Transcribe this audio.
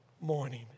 morning